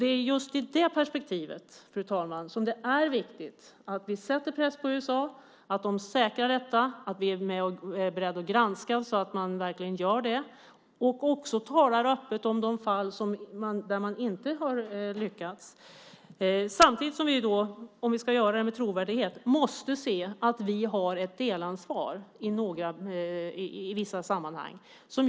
Det är just i det perspektivet som det är viktigt att vi sätter press på USA att de säkrar detta, att vi är beredda att granska så att de verkligen gör det och talar öppet om de fall där man inte har lyckats. Om vi ska göra det med trovärdighet måste vi samtidigt se att vi har ett delansvar i vissa sammanhang.